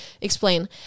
explain